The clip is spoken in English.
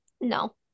No